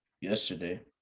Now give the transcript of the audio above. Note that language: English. yesterday